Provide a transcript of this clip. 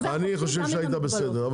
אני חושב שהיית בסדר,